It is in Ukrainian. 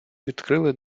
відкрили